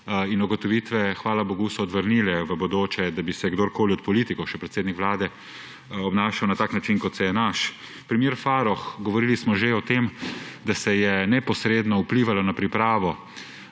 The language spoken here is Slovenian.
in ugotovitve so hvala bogu v bodočeodvrnile, da bi se kdorkoli od politikov, še predsednik Vlade, obnašal na tak način, kot se je naš. Primer Farrokh, govorili smo že o tem, da se je neposredno vplivalo na pripravo